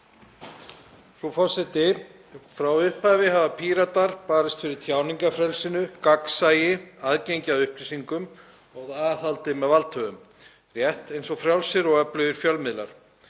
Frú forseti. Frá upphafi hafa Píratar barist fyrir tjáningarfrelsinu, gagnsæi, aðgengi að upplýsingum og aðhaldi með valdhöfum, rétt eins og frjálsir og öflugir fjölmiðlar.